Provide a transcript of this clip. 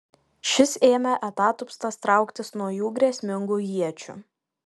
šis ėmė atatupstas trauktis nuo jų grėsmingų iečių